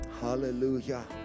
Hallelujah